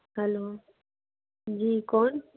hello ji कौन